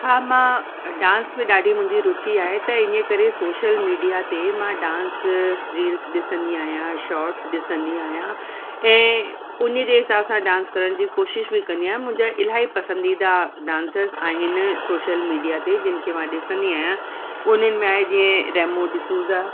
हा मां डांस में ॾाढी मुंहिंजी रुचि आहे त इन करे सोशल मीडिया ते मां डांस रील्स ॾिसंदी आहियां शॉट्स ॾिसंदी आहियां ऐं उन जे हिसाब सां डांस करण जी कोशिश बि कंदी आहियां मुंहिंजा इलाही पसंदीदा डांसर्स आहिनि सोशल मीडिया ते जिन खे मां ॾिसंदी आहियां उन्हनि में आहे जीअं रैमो डिसूज़ा